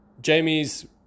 Jamie's